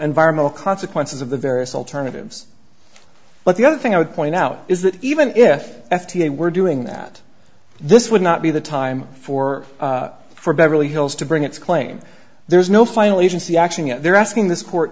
environmental consequences of the various alternatives but the other thing i would point out is that even if f d a were doing that this would not be the time for for beverly hills to bring its claim there is no final agency actually they're asking this court